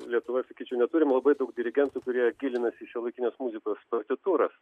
lietuvoj sakyčiau neturim labai daug dirigentų kurie gilinasi į šiuolaikinės muzikos partitūras